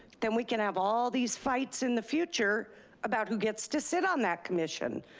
then we can have all these fights in the future about who gets to sit on that commission.